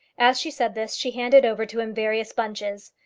as she said this she handed over to him various bunches.